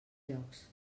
llocs